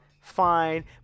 Fine